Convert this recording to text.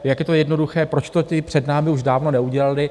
Jak je to jednoduché, proč to ti před námi už dávno neudělali.